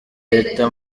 leta